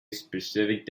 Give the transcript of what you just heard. specific